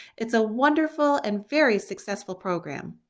it's a wonderful and very successful program.